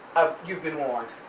ah you've been warned.